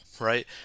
right